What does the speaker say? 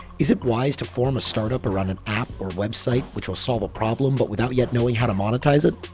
is it wise to form a startup around an app or website which will solve a problem, but without yet knowing how to monetize it?